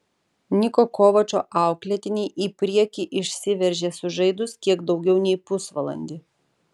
niko kovačo auklėtiniai į priekį išsiveržė sužaidus kiek daugiau nei pusvalandį